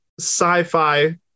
Sci-fi